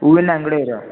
ಹೂವಿನ ಅಂಗ್ಡಿಯೋರು